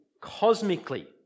cosmically